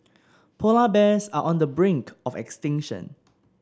polar bears are on the brink of extinction